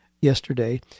yesterday